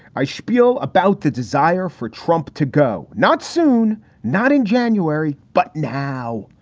i spiel about the desire for trump to go. not soon, not in january, but now.